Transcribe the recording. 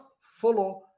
follow